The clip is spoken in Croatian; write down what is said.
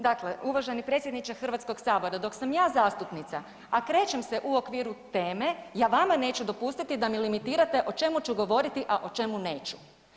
Dakle uvaženi predsjedniče HS-a, dok sam ja zastupnica, a krećem se u okviru teme, ja vama neću dopustiti da mi limitirate o čemu ću govoriti, a o čemu neću.